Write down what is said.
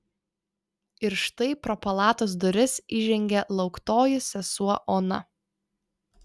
ir štai pro palatos duris įžengė lauktoji sesuo ona